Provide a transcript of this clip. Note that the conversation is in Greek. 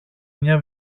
μια